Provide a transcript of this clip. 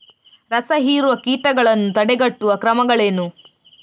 ರಸಹೀರುವ ಕೀಟಗಳನ್ನು ತಡೆಗಟ್ಟುವ ಕ್ರಮಗಳೇನು?